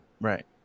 Right